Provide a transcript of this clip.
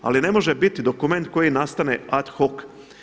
Ali ne može biti dokument koji nastane ad hoc.